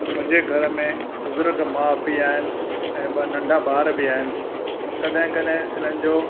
मुंहिंजे घर में बुज़ुर्ग माउ पीउ आहिनि ऐं ॿ नंढा ॿार बि आहिनि त कॾहिं कॾहिं इन्हनि जो